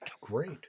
great